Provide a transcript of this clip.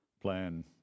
plan